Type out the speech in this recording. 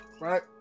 right